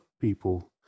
people